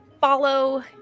follow